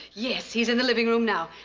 yes, he's in the living room now.